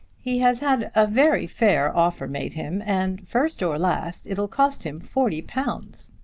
he has had a very fair offer made him, and, first or last, it'll cost him forty pounds.